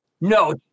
No